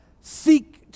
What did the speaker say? seek